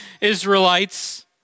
Israelites